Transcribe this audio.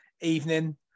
evening